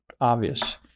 obvious